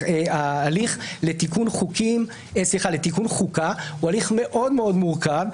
הליך לתיקון חוקה הוא הליך מאוד מאוד מורכב.